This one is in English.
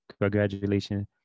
congratulations